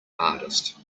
artist